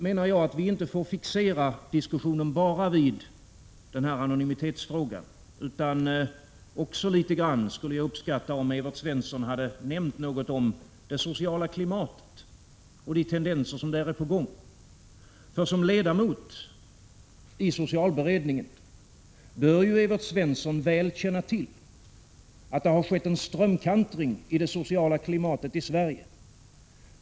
Men vi får inte fixera diskussionen enbart vid anonymitetsfrågan. Jag skulle ha uppskattat om Evert Svensson också hade nämnt något om det sociala klimatet och de tendenser som där är på gång. Som ledamot i socialberedningen bör ju Evert Svensson väl känna till att det har skett en strömkantring i det sociala klimatet i Sverige.